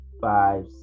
five